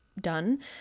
done